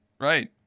Right